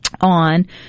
on